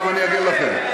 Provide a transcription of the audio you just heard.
עכשיו אני אגיד לכם.